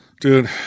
Dude